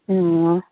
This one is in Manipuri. ꯎꯝ